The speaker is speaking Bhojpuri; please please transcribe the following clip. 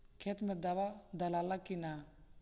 खेत मे दावा दालाल कि न?